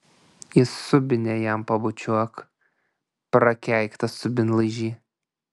į subinę jam pabučiuok prakeiktas subinlaižy